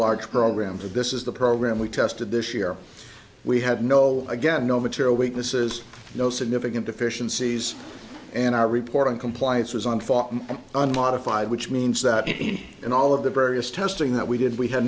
large programs of this is the program we tested this year we had no again no material weaknesses no significant deficiencies and our report on compliance was on thought unmodified which means that any and all of the various testing that we did we had